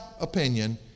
opinion